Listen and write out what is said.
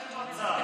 אין מצב.